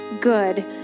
good